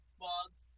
bugs